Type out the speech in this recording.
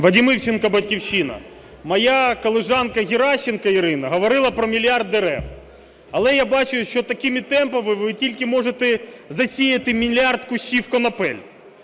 Вадим Івченко, "Батьківщина". Моя колежанка Геращенко Ірина говорила про мільярд дерев. Але я бачу, що такими темпами ви тільки можете засіяти мільярд кущів конопель.